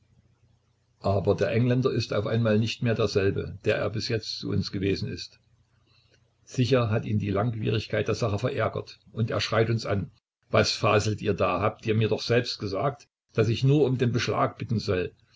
aber der engländer ist auf einmal nicht mehr der gleiche der er bis jetzt zu uns gewesen ist sicher hat ihn die langwierigkeit der sache verärgert und er schreit uns an was faselt ihr da ihr habt mir doch selbst gesagt daß ich nur um den beschlag bitten solle